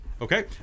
Okay